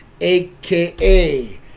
AKA